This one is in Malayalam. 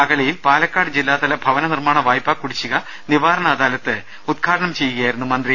അഗളിയിൽ പാലക്കാട് ജില്ലാതല ഭവന നിർമ്മാണ വായ്പ കുടിശ്ശിക നിവാരണ അദാലത്ത് ഉദ്ഘാടനം ചെയ്ത് സംസാരിക്കു കയായിരുന്നു മന്ത്രി